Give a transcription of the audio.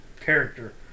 character